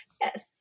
Yes